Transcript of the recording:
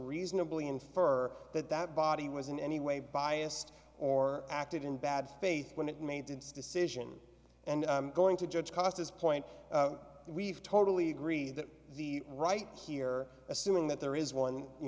reasonably infer that that body was in any way biased or acted in bad faith when it made its decision and going to judge cost this point we've totally agree that the right here assuming that there is one you